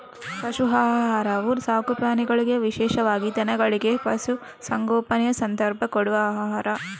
ಪಶು ಆಹಾರವು ಸಾಕು ಪ್ರಾಣಿಗಳಿಗೆ ವಿಶೇಷವಾಗಿ ದನಗಳಿಗೆ, ಪಶು ಸಂಗೋಪನೆಯ ಸಂದರ್ಭ ಕೊಡುವ ಆಹಾರ